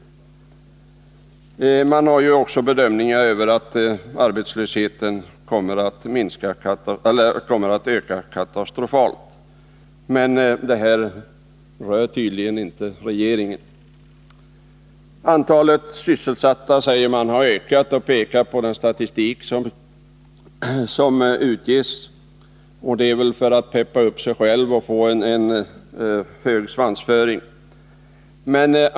Bedömningar ger också vid handen att arbetslösheten kommer att öka katastrofalt, men detta bekymrar tydligen inte regeringen. Man säger att antalet sysselsatta har ökat och pekar då på den statistik som ges ut. Det är väl för att ”peppa” upp sig själva och få en hög svansföring.